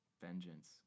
Vengeance